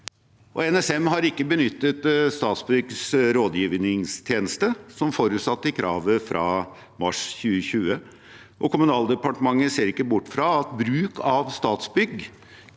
NSM har ikke benyttet Statsbyggs rådgivningstjeneste som forutsatt i kravet fra mars 2020. Kommunaldepartementet ser ikke bort fra at bruk av Statsbygg